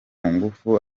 ngufu